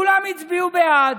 כולם הצביעו בעד.